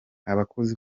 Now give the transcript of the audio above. abakozi